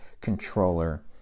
controller